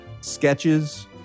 sketches